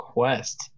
Quest